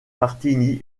martini